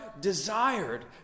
desired